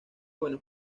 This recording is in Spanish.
buenos